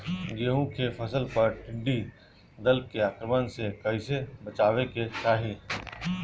गेहुँ के फसल पर टिड्डी दल के आक्रमण से कईसे बचावे के चाही?